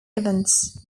events